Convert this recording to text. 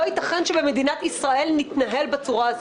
לא ייתכן שבמדינת ישראל נתנהל בצורה הזו,